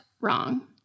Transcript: wrong